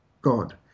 God